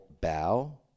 bow